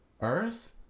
earth